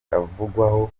avugwaho